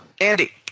Andy